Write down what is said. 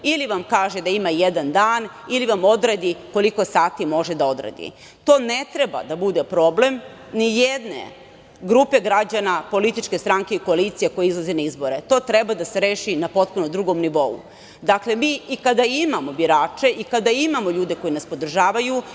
ili vam kaže da ima jedan dan ili vam odredi koliko sati može da odradi. To ne treba da bude problem nijedne grupe građana, političke stranke i koalicije koja izlazi na izbore. To treba da se reši na potpuno drugom nivou. Dakle, mi i kada imamo birače i kada imamo ljude koji nas podržavaju,